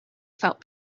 felt